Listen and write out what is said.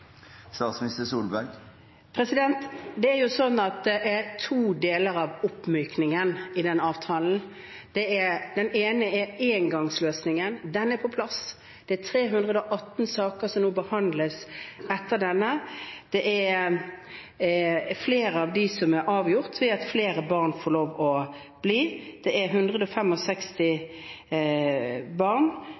Det er jo slik at det er to deler av oppmykningen i den avtalen. Den ene er engangsløsningen, og den er på plass: Det er 318 saker som nå behandles etter denne. Flere av dem er avgjort ved at flere barn får lov til å bli. Det er